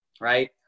Right